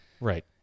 Right